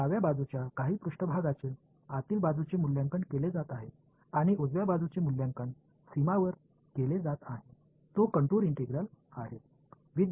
डाव्या बाजूच्या काही पृष्ठभागाचे आतील बाजूचे मूल्यांकन केले जात आहे आणि उजव्या बाजूचे मूल्यांकन सीमेवर केले जात आहे तो कंटूर इंटिग्रल आहे